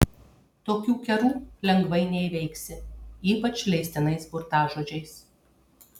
tokių kerų lengvai neįveiksi ypač leistinais burtažodžiais